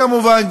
כמובן,